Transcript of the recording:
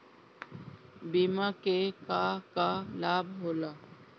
बिमा के का का लाभ होला?